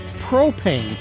propane